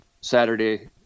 Saturday